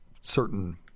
certain